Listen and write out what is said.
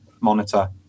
monitor